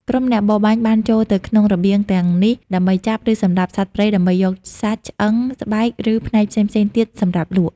ក្រុមអ្នកបរបាញ់បានចូលទៅក្នុងរបៀងទាំងនេះដើម្បីចាប់ ឬសម្លាប់សត្វព្រៃដើម្បីយកសាច់ ឆ្អឹង ស្បែក ឬផ្នែកផ្សេងៗទៀតសម្រាប់លក់។